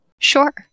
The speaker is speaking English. Sure